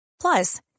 plus